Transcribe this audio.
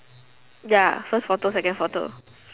ya first photo second photo